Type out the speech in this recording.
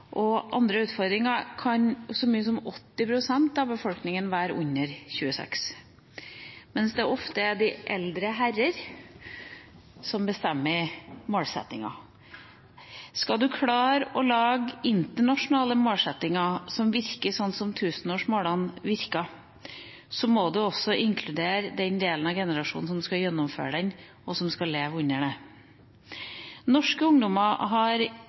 kan så mye som 80 pst. av befolkninga være under 26 år. Men det er ofte de eldre herrer som bestemmer målsettingene. Skal man klare å lage internasjonale målsettinger som virker sånn som tusenårsmålene virket, må man også inkludere den generasjonen som skal gjennomføre dem, og som skal leve under dem. Norske ungdommer har